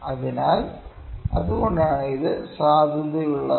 അതിനാൽ അതുകൊണ്ടാണ് ഇത് സാധുതയുള്ളത്